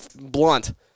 blunt